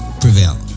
prevail